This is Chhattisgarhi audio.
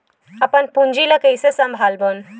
अपन पूंजी ला कइसे संभालबोन?